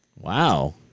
Wow